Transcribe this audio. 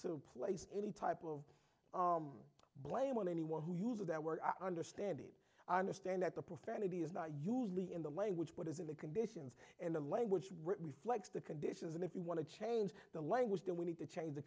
place any type of blame on anyone who uses that word understand it understand that the profanity is not usually in the language but as if the conditions and the language reflects the conditions and if you want to change the language then we need to change the